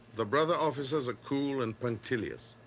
the brother officers are cool and punctilious.